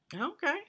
Okay